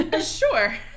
Sure